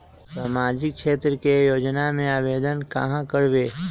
सामाजिक क्षेत्र के योजना में आवेदन कहाँ करवे?